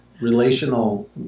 relational